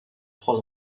trois